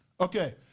Okay